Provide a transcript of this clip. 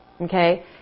okay